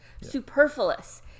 Superfluous